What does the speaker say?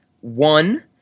One—